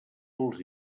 els